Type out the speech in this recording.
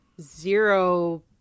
zero